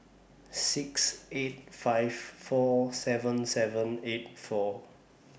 six eight five four seven seven eight four